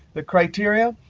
the criteria?